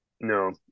No